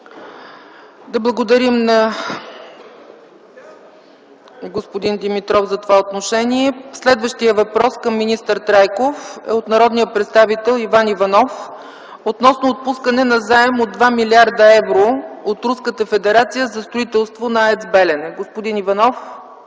Да благодарим на господин Димитров за това отношение. Следващият въпрос към министър Трайков е от народния представител Иван Иванов относно отпускане на заем от 2 млрд. евро от Руската федерация за строителство на АЕЦ „Белене”. Господин Иванов,